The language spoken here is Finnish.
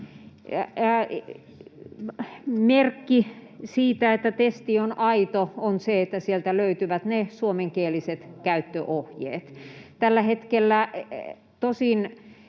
merkki siitä, että testi on aito, on se, että sieltä löytyvät suomenkieliset käyttöohjeet. Tällä hetkellä tosin